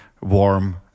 warm